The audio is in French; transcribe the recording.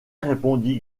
répondit